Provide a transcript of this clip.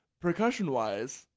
Percussion-wise